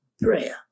prayer